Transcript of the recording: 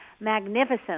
magnificent